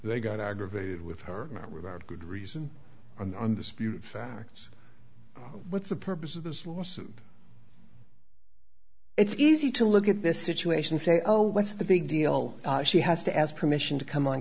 they got aggravated with her not without good reason and undisputed facts what's the purpose of the slawson it's easy to look at this situation say oh what's the big deal she has to ask permission to come on